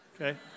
Okay